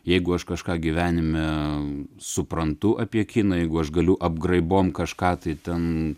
jeigu aš kažką gyvenime suprantu apie kiną jeigu aš galiu apgraibom kažką tai ten